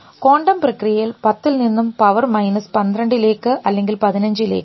quantum പ്രക്രിയയിൽ 10 നിന്നും power minus 12 ലേക്ക് 15 ലേക്ക്